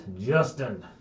Justin